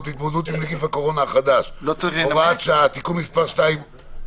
להתמודדות עם נגיף הקורונה החדש (הוראת שעה) (תיקון מס' 2),